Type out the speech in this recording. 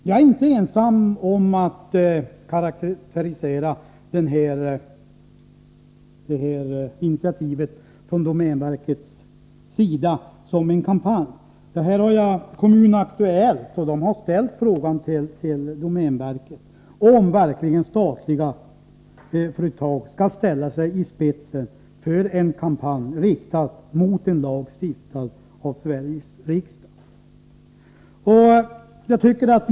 Jag är inte ensam om att karakterisera initiativet från domänverkets sida som en kampanj. I tidningen Kommun Aktuellt har man ställt frågan till domänverket om statliga företag verkligen skall ställa sig i spetsen för en kampanj riktad mot en lag stiftad av Sveriges riksdag.